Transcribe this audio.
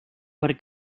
per